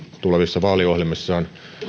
tulevissa vaaliohjelmissaan